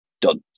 Done